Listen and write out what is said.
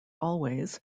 always